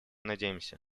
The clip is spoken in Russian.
надеемся